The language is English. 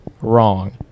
wrong